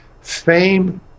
fame